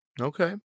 Okay